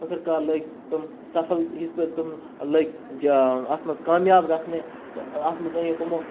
ٲخر کار لٔگۍ تم سفل یِژ پھِر تم لٔگۍ اَتہ منٛز کامیاب گژھنہِ اَتھ منٛز أنِکھ أمو